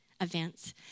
events